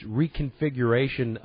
reconfiguration